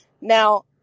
Now